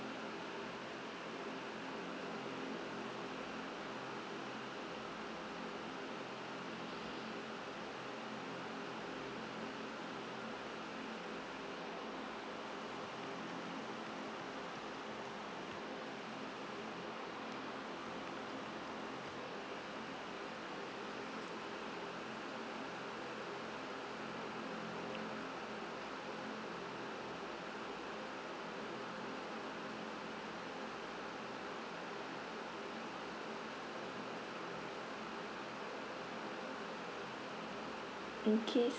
okay